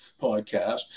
podcast